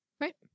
Right